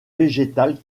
végétal